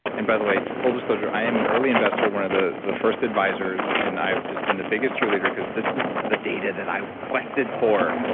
and by the way, full disclosure, i am an early investor, one of the the first advisors. and i've just been the biggest cheerleader cheerleader because this is the data that i quested for.